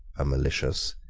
a malicious,